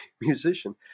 musician